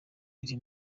uri